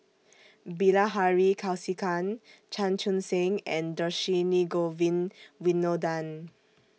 Bilahari Kausikan Chan Chun Sing and Dhershini Govin Winodan